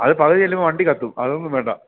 അത് പകുതി ചെല്ലുമ്പോൾ വണ്ടി കത്തും അതൊന്നും വേണ്ട